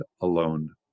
alone